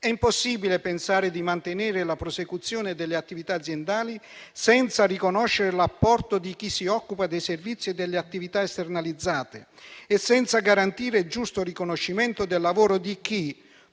È impossibile pensare di mantenere la prosecuzione delle attività aziendali senza riconoscere l'apporto di chi si occupa dei servizi e delle attività esternalizzate e senza garantire il giusto riconoscimento del lavoro di chi,